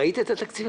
ראית את התקציב?